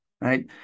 right